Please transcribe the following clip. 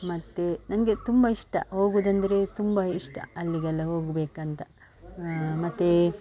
ಮತ್ತು ನನಗೆ ತುಂಬ ಇಷ್ಟ ಹೋಗುದಂದ್ರೆ ತುಂಬ ಇಷ್ಟ ಅಲ್ಲಿಗೆಲ್ಲ ಹೋಗಬೇಕಂತ ಮತ್ತು